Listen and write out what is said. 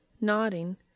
Nodding